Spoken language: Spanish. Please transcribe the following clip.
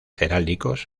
heráldicos